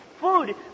Food